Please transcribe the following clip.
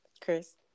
Chris